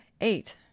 eight